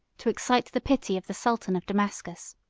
to excite the pity of the sultan of damascus.